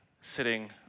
sitting